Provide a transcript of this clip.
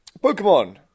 Pokemon